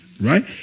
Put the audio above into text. right